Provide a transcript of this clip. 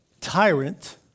tyrant